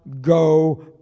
go